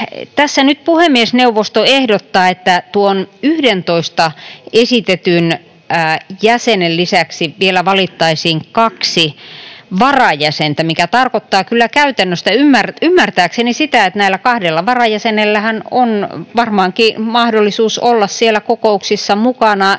tässä nyt puhemiesneuvosto ehdottaa, että tuon 11 esitetyn jäsenen lisäksi vielä valittaisiin 2 varajäsentä, mikä tarkoittaa kyllä käytännössä ymmärtääkseni sitä, että näillä kahdella varajäsenellähän on varmaankin mahdollisuus olla siellä kokouksissa mukana